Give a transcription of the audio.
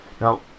Now